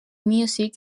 music